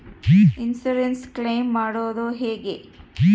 Insurance claim ಮಾಡದು ಹೆಂಗೆ?